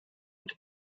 und